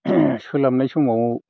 सोलाबनाय समाव